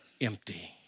empty